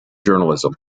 journalism